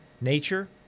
nature